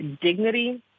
dignity